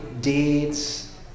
deeds